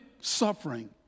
suffering